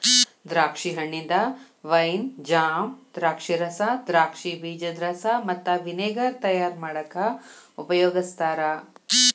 ದ್ರಾಕ್ಷಿ ಹಣ್ಣಿಂದ wine, jam, ದ್ರಾಕ್ಷಿರಸ, ದ್ರಾಕ್ಷಿ ಬೇಜದ ರಸ ಮತ್ತ ವಿನೆಗರ್ ತಯಾರ್ ಮಾಡಾಕ ಉಪಯೋಗಸ್ತಾರ